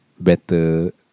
better